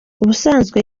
ubusanzwe